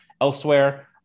elsewhere